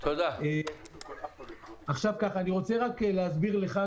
אני רוצה להסביר לך,